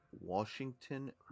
Washington